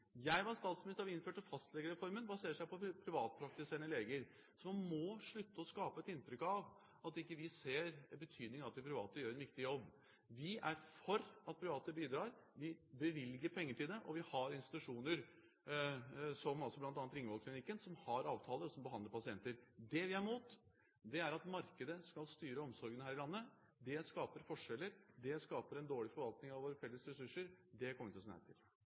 Jeg var statsminister da vi innførte fastlegereformen, og den baserer seg på privatpraktiserende leger. Man må slutte å skape et inntrykk av at vi ikke ser betydningen av at de private gjør en viktig jobb. Vi er for at private bidrar, vi bevilger penger til det, og vi har institusjoner, som bl.a. Ringvoll Klinikken, som har avtale, og som behandler pasienter. Det vi er imot, er at markedet skal styre omsorgen her i landet. Det skaper forskjeller. Det skaper en dårlig forvaltning av våre felles ressurser, og det kommer vi til å